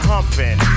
Humping